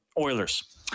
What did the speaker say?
Oilers